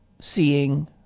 seeing